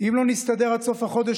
"אם לא נסתדר עד סוף החודש,